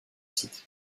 site